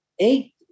Eight